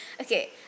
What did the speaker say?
Okay